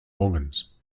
organs